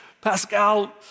Pascal